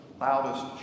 loudest